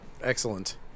Excellent